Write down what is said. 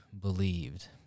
believed